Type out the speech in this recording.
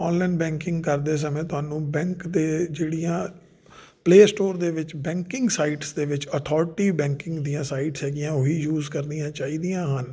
online banking ਕਰਦੇ ਸਮੇਂ ਤੁਹਾਨੂੰ ਬੈਂਕ ਦੇ ਜਿਹੜੀਆਂ ਪਲੇ ਸਟੋਰ ਦੇ ਵਿੱਚ ਬੈਂਕਿੰਗ ਸਾਈਟਸ ਦੇ ਵਿੱਚ ਅਥੋਰਟੀ ਬੈਂਕਿੰਗ ਦੀਆਂ ਸਾਈਟਸ ਹੈਗੀਆਂ ਉਹ ਵੀ ਯੂਜ਼ ਕਰਨੀਆਂ ਚਾਹੀਦੀਆਂ ਹਨ